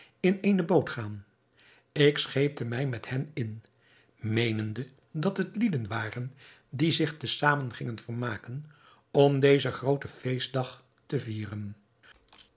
in eene boot gaan ik scheepte mij met hen in meenende dat het lieden waren die zich te zamen gingen vermaken om dezen grooten feestdag te vieren